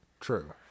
True